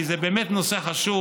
כי זה באמת נושא חשוב,